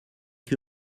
que